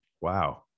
Wow